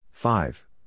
Five